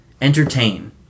entertain